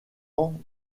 ans